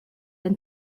ein